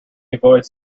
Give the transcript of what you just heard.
voice